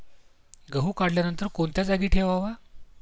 गहू काढल्यानंतर कोणत्या जागी ठेवावा?